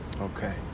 Okay